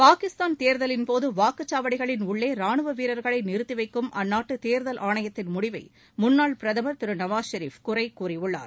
பாகிஸ்தான் தேர்தலின்போது வாக்குச்வாடிகளின் உள்ளே ராணுவ வீரர்களை நிறுத்திவைக்கும் அந்நாட்டு தேர்தல் ஆணையத்தின் முடிவை முன்ளான் பிரதமர் திரு நவாஸ் ஷெரீஃப் குறை கூறியுள்ளார்